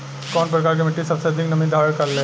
कउन प्रकार के मिट्टी सबसे अधिक नमी धारण करे ले?